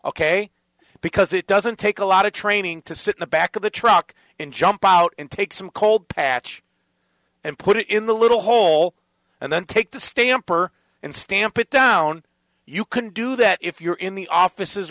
ok because it doesn't take a lot of training to sit in the back of the truck and jump out and take some cold patch and put it in the little hole and then take the stamper and stamp it down you can do that if you're in the office